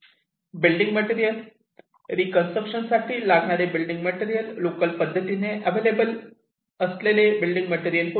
building material reconstruction साठी लागणारे building material local पद्धतीने अवेलेबल असलेले बिल्डिंग मटेरियल होते